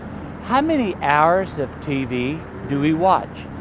how many hours of tv do we watch?